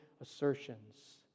assertions